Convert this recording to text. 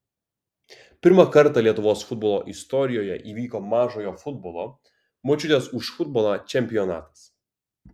pirmą kartą lietuvos futbolo istorijoje įvyko mažojo futbolo močiutės už futbolą čempionatas